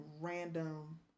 random